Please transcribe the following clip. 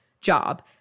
job